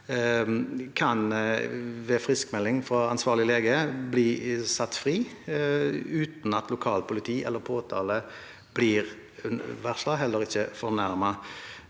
ved friskmelding fra ansvarlig lege kan bli satt fri uten at lokalpoliti eller påtale blir varslet, heller ikke fornærmede.